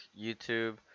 YouTube